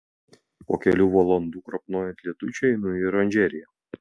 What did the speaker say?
po kelių valandų krapnojant lietučiui einu į oranžeriją